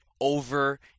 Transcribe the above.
over